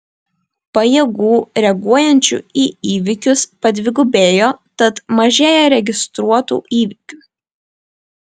pajėgų reaguojančių į įvykius padvigubėjo tad mažėja registruotų įvykių